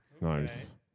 nice